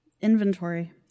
Inventory